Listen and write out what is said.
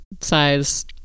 size